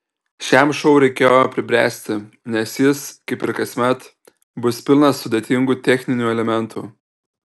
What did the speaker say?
šiam šou reikėjo pribręsti nes jis kaip ir kasmet bus pilnas sudėtingų techninių elementų